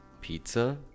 pizza